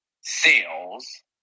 sales